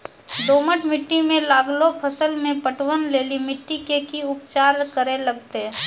दोमट मिट्टी मे लागलो फसल मे पटवन लेली मिट्टी के की उपचार करे लगते?